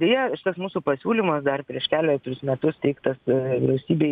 deja tas mūsų pasiūlymas dar prieš keletrus metus teiktas vyriausybei